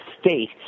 state